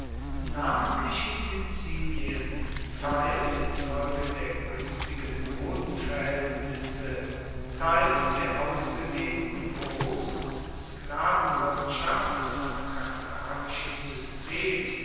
namentlich in sizilien teils infolge der guenstigen bodenverhaeltnisse teils der ausgedehnten gross und sklavenwirtschaft nach karthagischem system